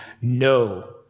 No